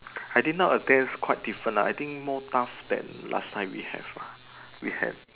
I didn't not attend quite different lah I think more tough than last time we have lah we had